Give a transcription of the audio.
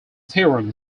theorem